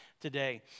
today